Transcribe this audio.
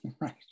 Right